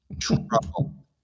trouble